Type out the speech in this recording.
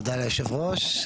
תודה ליושב ראש.